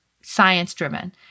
science-driven